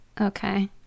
Okay